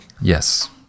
Yes